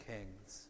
King's